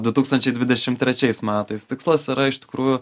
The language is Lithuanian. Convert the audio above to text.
du tūkstančiai dvidešim trečiais metais tikslas yra iš tikrųjų